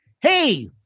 Hey